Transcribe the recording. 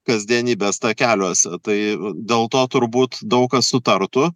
kasdienybės takeliuose tai dėl to turbūt daug kas sutartų